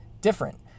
different